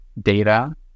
data